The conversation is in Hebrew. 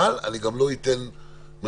אבל אני גם לא אתן למשוך